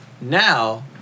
Now